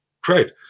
great